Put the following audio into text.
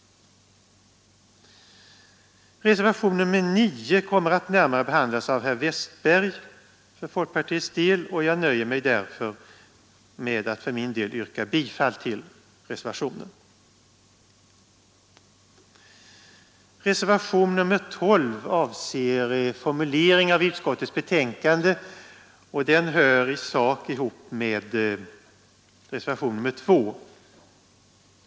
Reservationen 9 kommer för folkpartiets del att närmare behandlas av herr Westberg i Ljusdal, och jag nöjer mig därför med att yrka bifall till reservationen. Reservationen 12 avser formuleringar i utskottets betänkande, och den hör i sak ihop med reservationen 2.